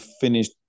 finish